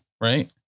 right